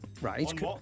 Right